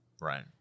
right